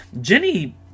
Jenny